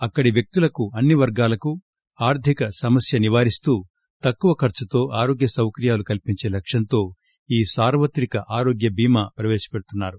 అక్కడి వ్యక్తులకు అన్ని వర్గాలకు ఆర్దిక సమస్య నివారిస్తూ తక్కువ ఖర్చుతో ఆరోగ్య సౌకర్యాలు కల్పించే లక్ష్యంతో ఈ సార్వత్రిక ఆరోగ్య భీమా ప్రవేశపెడుతున్నారు